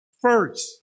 first